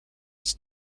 its